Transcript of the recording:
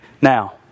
now